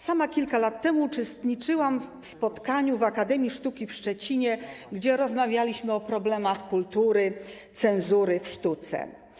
Sama kilka lat temu uczestniczyłam w spotkaniu w Akademii Sztuki w Szczecinie, gdzie rozmawialiśmy o problemach dotyczących kultury, cenzury w sztuce.